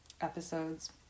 episodes